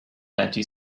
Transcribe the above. anti